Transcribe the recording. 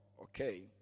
Okay